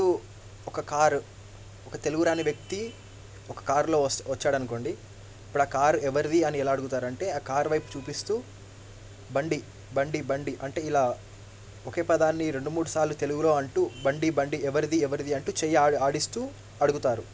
ఇప్పుడు ఒక కారు ఒక తెలుగు రాని వ్యక్తి ఒక కారులో వచ్చాడనుకోండి ఇప్పుడు ఆ కారు ఎవరిది అని ఎలా అడుగుతారు అంటే ఆ కార్ వైపు చూపిస్తూ బండి బండి బండి అంటే ఇలా ఒకే పదాన్ని రెండు మూడు సార్లు తెలుగులో అంటూ బండి బండి ఎవరిది ఎవరిది అంటూ చెయ్యి ఆడిస్తూ అడుగుతారు